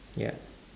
ya